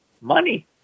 money